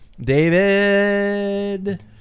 David